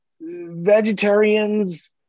Vegetarians